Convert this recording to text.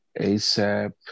ASAP